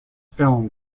film